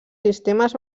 sistemes